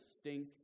stink